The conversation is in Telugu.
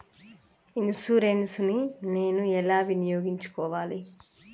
ఇన్సూరెన్సు ని నేను ఎలా వినియోగించుకోవాలి?